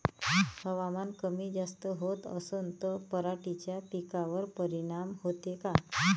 हवामान कमी जास्त होत असन त पराटीच्या पिकावर परिनाम होते का?